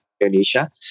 Indonesia